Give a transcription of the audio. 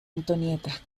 antonieta